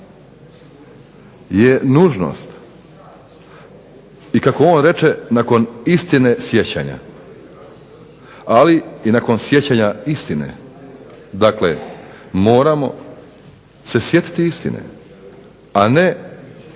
je nužnost i kako on reče nakon istine sjećanja, ali i nakon sjećanja istine, dakle moramo se sjetiti istine, a ne